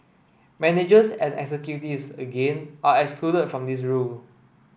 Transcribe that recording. managers and executives again are excluded from this rule